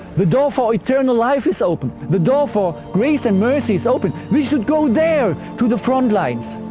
the door for eternal life is open. the door for grace and mercy is open we should go there to the frontlines.